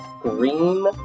green